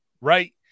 right